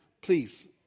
please